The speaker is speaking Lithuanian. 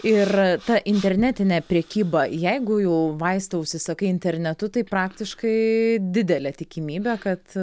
ir ta internetinė prekyba jeigu jau vaistą užsisakai internetu tai praktiškai didelė tikimybė kad